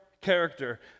character